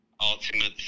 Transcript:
ultimate